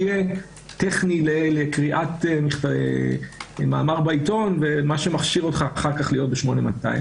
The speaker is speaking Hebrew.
יהיה טכני לקריאת מאמר בעיתון ומה שמכשיר אותך אחר כך להיות ב-8200.